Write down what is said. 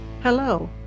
Hello